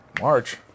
March